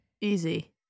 Easy